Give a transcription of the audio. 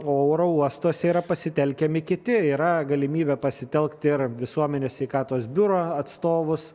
o oro uostuose yra pasitelkiami kiti yra galimybė pasitelkt ir visuomenės sveikatos biuro atstovus